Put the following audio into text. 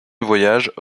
voyage